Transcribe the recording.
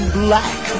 black